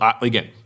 again